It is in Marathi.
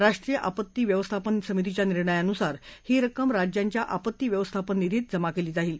राष्ट्रीय आपत्ती व्यवस्थापन समितीच्या निर्णयानुसार ही रक्कम राज्यांच्या आपत्ती व्यवस्थापन निधीत जमा केली जाईल